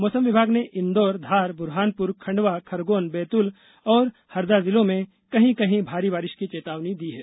मौसम विभाग ने इंदौर धार बुरहानपुर खंडवा खरगोन बैतूल और हरदा जिलों में कहीं कहीं भारी बारिश की चेतावनी दी है